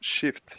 shift